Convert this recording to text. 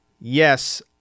yes